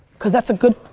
because that's a good,